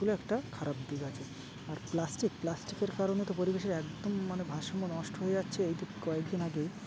এগুলো একটা খারাপ দিক আছে আর প্লাস্টিক প্লাস্টিকের কারণে তো পরিবেশের একদম মানে ভারসাম্য নষ্ট হয়ে যাচ্ছে এই দ কয়েকদিন আগেই